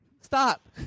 stop